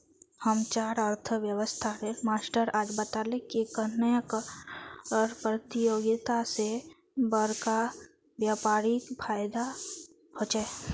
हम्चार अर्थ्शाश्त्रेर मास्टर आज बताले की कन्नेह कर परतियोगिता से बड़का व्यापारीक फायेदा होचे